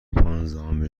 پانزدهم